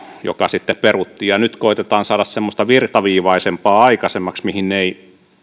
joka sitten peruttiin ja nyt koetetaan saada aikaiseksi semmoista virtaviivaisempaa mihin ei